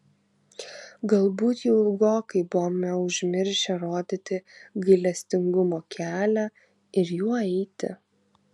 galbūt jau ilgokai buvome užmiršę rodyti gailestingumo kelią ir juo eiti